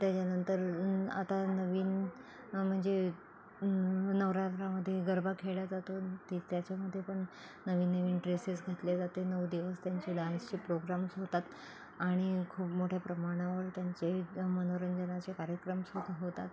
त्याच्यानंतर आता नवीन म्हणजे नवरात्रामध्ये गरबा खेळल्या जातो ते त्याच्यामध्ये पण नवीन नवीन ड्रेसेस घातले जाते नऊ दिवस त्यांचे डान्सचे प्रोग्राम्स होतात आणि खूप मोठ्या प्रमाणावर त्यांचे मनोरंजनाचे कार्यक्रमसुद्धा होतात